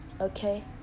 Okay